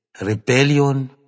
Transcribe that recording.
rebellion